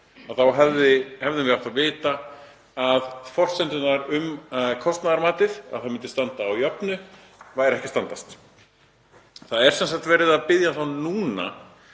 Þá hefðum við átt að vita að forsendurnar um kostnaðarmatið, að það myndi standa á jöfnu, væru ekki að standast. Núna er sem sagt verið að biðja um 14